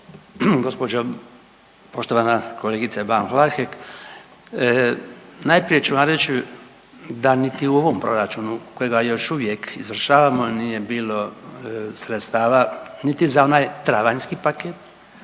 Gospođo poštovana kolegice Ban Vlahek. Najprije ću vam reći da niti u ovom proračunu kojega još uvijek izvršavamo nije bilo sredstava niti za onaj travanjski paket